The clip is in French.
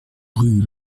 rue